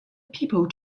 people